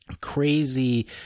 crazy